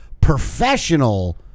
professional